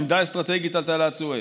העמדה האסטרטגית על תעלת סואץ,